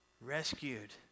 Rescued